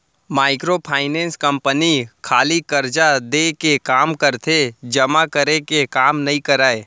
micro finance company खाली करजा देय के काम करथे जमा करे के काम नइ करय